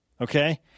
okay